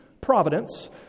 Providence